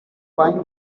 buying